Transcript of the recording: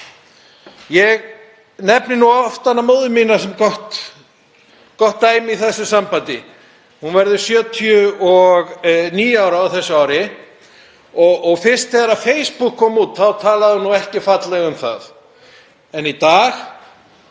Ég nefni nú oft hana móður mína sem gott dæmi í þessu sambandi. Hún verður 79 ára á þessu ári og fyrst þegar Facebook kom út talaði hún nú ekki fallega um það en í dag